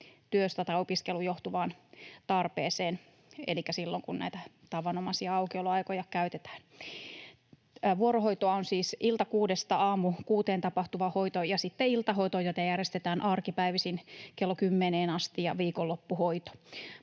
työstä tai opiskelusta johtuvaan tarpeeseen, elikkä silloin kun näitä tavanomaisia aukioloaikoja käytetään. Vuorohoitoa on siis iltakuudesta aamukuuteen tapahtuva hoito ja iltahoito, jota järjestetään arkipäivisin kello kymmeneen asti, ja viikonloppuhoito.